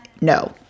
no